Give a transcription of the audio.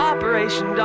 Operation